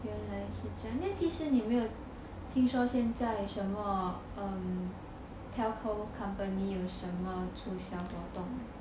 原来是这样 then 其实你有没有听说现在什么 telco company 有什么促销活动